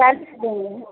चालीस देंगे